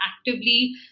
actively